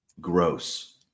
gross